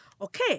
Okay